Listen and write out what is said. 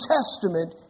Testament